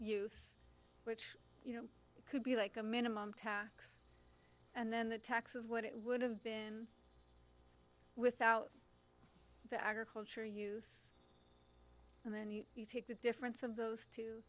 use which you know could be like a minimum tax and then the taxes what it would have been without the agriculture use and then you take the difference of those t